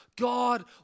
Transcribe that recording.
God